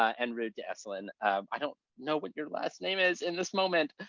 and roo delesslin i don't know what your last name is in this moment.